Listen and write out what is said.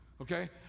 okay